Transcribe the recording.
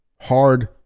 Hard